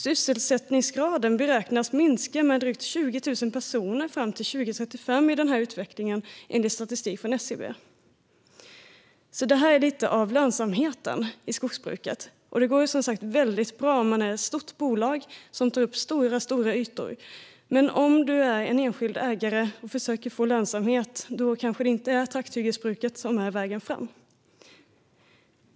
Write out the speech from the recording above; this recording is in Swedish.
Antalet sysselsatta beräknas minska med drygt 20 000 personer fram till 2035 med denna utveckling, enligt statistik från SCB. Detta är lite om lönsamheten i skogsbruket. Det går som sagt väldigt bra om man är ett stort bolag som tar upp stora ytor, men om man är en enskild ägare och försöker att få lönsamhet kanske det inte är trakthyggesbruket som är vägen fram.